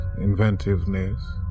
inventiveness